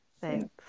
Thanks